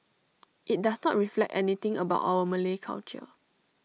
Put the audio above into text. IT does not reflect anything about our Malay culture